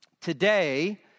today